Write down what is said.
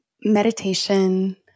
meditation